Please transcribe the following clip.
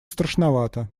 страшновато